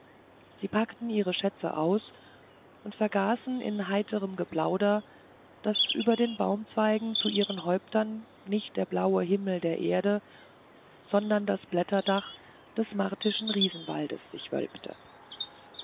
sie packten ihre schätze aus und vergaßen in heiterem geplauder daß über den baumzweigen zu ihren häuptern nicht der blaue himmel der erde sondern das blätterdach des martischen riesenwaldes sich wölbte